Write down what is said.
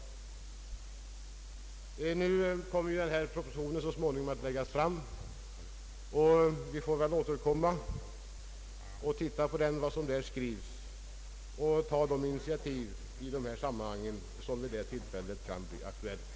Nu kommer denna proposition så småningom att läggas fram. Vi får återkomma när vi tagit del av vad som där skrivs och sedan ta de initiativ i dessa sammanhang som vid det tillfället kan bli aktuella.